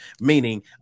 Meaning